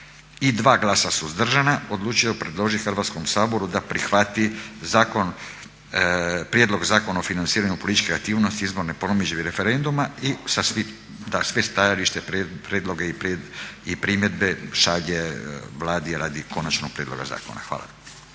i 2 glasa suzdržana odlučio predložiti Hrvatskom saboru da prihvati prijedlog Zakona o financiranju političkih aktivnosti, izborne promidžbe i referenduma i da sva stajališta, prijedloge i primjedbe šalje Vladi radi konačnog prijedloga zakona. Hvala.